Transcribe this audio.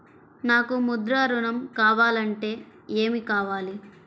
నాకు ముద్ర ఋణం కావాలంటే ఏమి కావాలి?